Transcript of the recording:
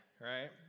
right